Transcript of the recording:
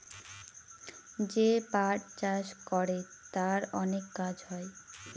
যে পাট চাষ করে তার অনেক কাজ হয়